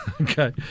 Okay